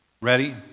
Ready